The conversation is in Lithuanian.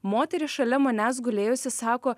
moteris šalia manęs gulėjusi sako